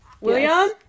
william